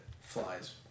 flies